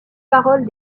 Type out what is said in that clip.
paroles